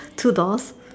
two doors